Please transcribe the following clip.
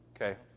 Okay